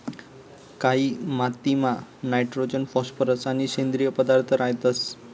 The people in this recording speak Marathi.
कायी मातीमा नायट्रोजन फॉस्फरस आणि सेंद्रिय पदार्थ रातंस